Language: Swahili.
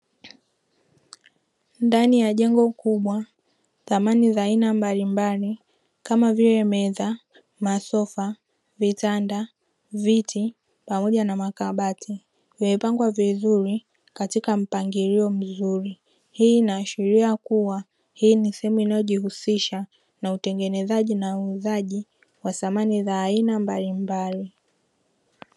Ndani ya jengo kubwa samani za aina mbalimbali kama vile: meza, masofa, vitanda, viti pamoja na makabati vimepangwa vizuri katika mpangilio mzuri. Hii inaashiria kuwa hii ni sehemu inayojihusisha na utengenezaji na uuzaji wa samani za aina mbalimbali.